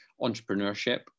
entrepreneurship